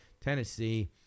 Tennessee